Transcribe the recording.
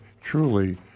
truly